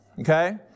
okay